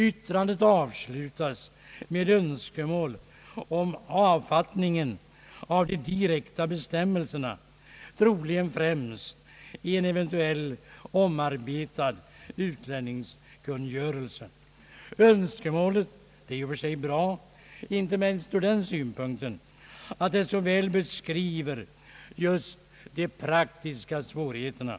Yttrandet avslutas med önskemål om avfattningen av de direkta bestämmelserna — troligen främst i en eventuellt omarbetad utlänningskungörelse. Önskemålet är i och för sig bra — inte minst ur den synpunkten att det så väl beskriver just de praktiska svårigheterna.